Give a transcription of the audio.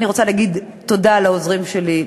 אני רוצה להגיד תודה לעוזרים שלי,